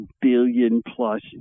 billion-plus